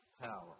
power